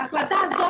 ההחלטה הזאת,